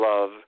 love